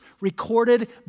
recorded